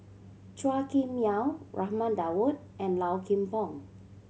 Chua Kim Yeow Raman Daud and Low Kim Pong